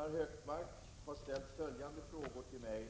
Fru talman! Gunnar Hökmark har ställt följande frågor till mig